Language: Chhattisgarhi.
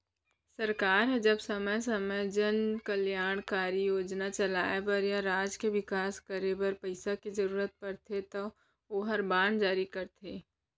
सरकार ह जब समे समे जन कल्यानकारी योजना चलाय बर या राज के बिकास करे बर पइसा के जरूरत परथे तौ ओहर बांड जारी करथे